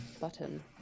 Button